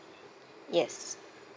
yes